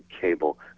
Cable